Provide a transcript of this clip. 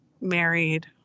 married